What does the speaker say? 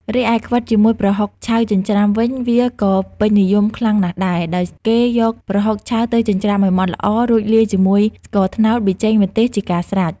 រីឯ ខ្វិតជាមួយប្រហុកឆៅចិញ្ច្រាំវិញ វាក៏ពេញនិយមខ្លាំងណាស់ដែរ ដោយគេយកប្រហុកឆៅទៅចិញ្ច្រាំឲ្យម៉ត់ល្អ រួចលាយជាមួយស្ករត្នោត ប៊ីចេង ម្ទេស ជាការស្រេច។